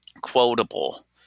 Quotable